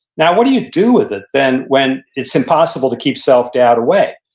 now, what do you do with it then, when it's impossible to keep self-doubt away?